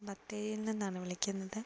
ബത്തേരിയിൽ നിന്നാണ് വിളിക്കുന്നത്